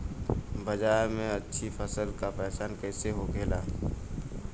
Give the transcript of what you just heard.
बाजार में अच्छी फसल का पहचान कैसे होखेला?